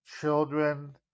Children